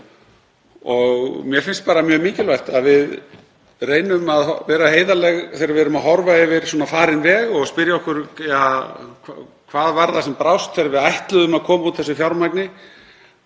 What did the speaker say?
Mér finnst mjög mikilvægt að við reynum að vera heiðarleg þegar við horfum yfir farinn veg og spyrja okkur: Hvað var það sem brást þegar við ætluðum að koma þessu fjármagni